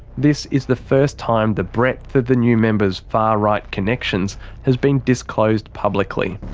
this is the first time the breadth of the new members' far right connections has been disclosed publicly.